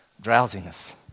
drowsiness